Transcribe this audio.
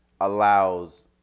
allows